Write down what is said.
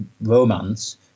romance